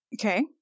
Okay